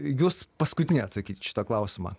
jus paskutinį atsakyt į šitą klausimą